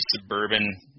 suburban